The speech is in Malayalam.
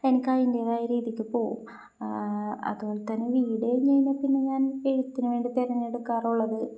എനിക്ക് അതിൻ്റേതായ രീതിക്ക് പോകും അതുപോലെ തന്നെ വീട് കഴിഞ്ഞാല് പിന്നെ ഞാൻ എഴുത്തിന് വേണ്ടി തെരഞ്ഞെടുക്കാറുള്ളത്